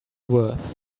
worth